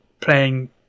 playing